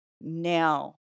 now